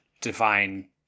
define